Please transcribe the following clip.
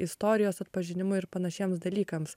istorijos atpažinimui ir panašiems dalykams